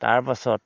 তাৰ পাছত